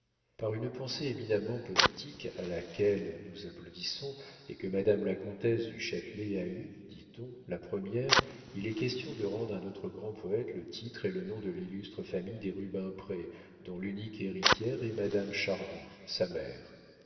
par une pensée éminemment politique à laquelle nous applaudissons et que madame la comtesse du châtelet a eue dit-on la première il est question de rendre à notre grand poète le titre et le nom de l'illustre famille des rubempré dont l'unique héritière est madame chardon sa mère